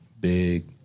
Big